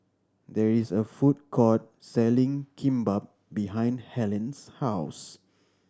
there is a food court selling Kimbap behind Helene's house